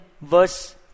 verse